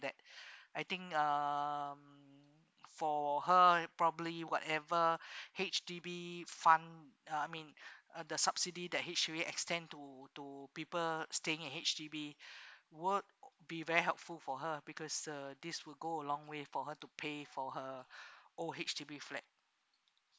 that I think um for her probably whatever H_D_B fund uh I mean uh the subsidy that H_D_B extend to to people staying at H_D_B would be very helpful for her because uh this will go a long way for her to pay for her old H_D_B flat